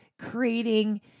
creating